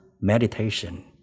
meditation